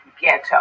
ghetto